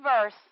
verse